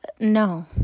no